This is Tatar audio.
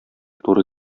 туры